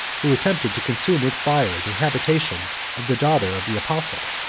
who attempted to consume with fire the habitation of the daughter of the apostle.